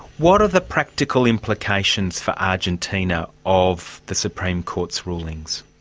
what are the practical implications for argentina of the supreme court's rulings?